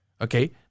Okay